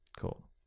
Cool